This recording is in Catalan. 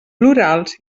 plurals